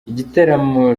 igitaramo